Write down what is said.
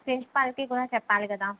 ప్రిన్సిపాల్కి కూడా చెప్పాలి కదా